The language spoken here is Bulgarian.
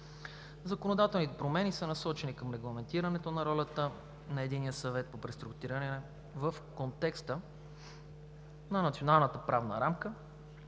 Законодателните промени са насочени към регламентирането на ролята на Единния съвет по преструктуриране в контекста на Националната правна рамка,